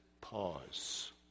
pause